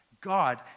God